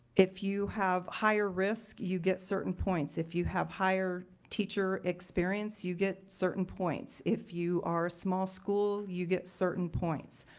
if you have higher risk, you get certain points. if you have higher teacher experience, you get certain points. if you are a small school, you get certain points.